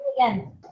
Again